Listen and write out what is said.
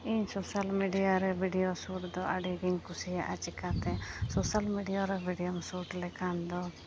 ᱤᱧ ᱥᱳᱥᱟᱞ ᱢᱤᱰᱤᱭᱟᱨᱮ ᱵᱷᱤᱰᱤᱭᱳ ᱥᱚᱨᱴᱫᱚ ᱟᱹᱰᱤᱜᱮᱧ ᱠᱩᱥᱤᱭᱟᱜᱼᱟ ᱪᱮᱠᱟᱛᱮ ᱥᱳᱥᱟᱞ ᱢᱤᱰᱤᱭᱟᱨᱮ ᱵᱷᱤᱰᱤᱭᱳᱢ ᱥᱚᱨᱴ ᱞᱮᱠᱷᱟᱱ ᱫᱚ